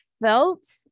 felt